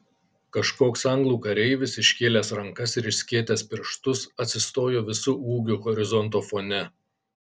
kažkoks anglų kareivis iškėlęs rankas ir išskėtęs pirštus atsistojo visu ūgiu horizonto fone